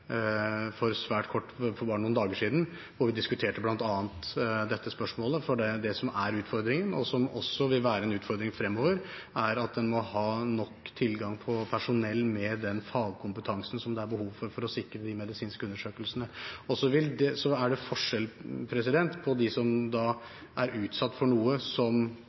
for bare noen dager siden, hvor vi diskuterte bl.a. dette spørsmålet. For det som er utfordringen, og som også vil være en utfordring fremover, er at en må ha nok tilgang på personell med den fagkompetansen som det er behov for, for å sikre de medisinske undersøkelsene. Så er det forskjell på dem som er utsatt for noe som